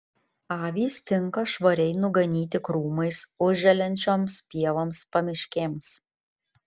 avys tinka švariai nuganyti krūmais užželiančioms pievoms pamiškėms